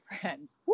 friends